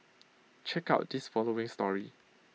check out this following story